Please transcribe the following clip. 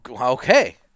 Okay